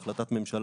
בהחלטת ממשלה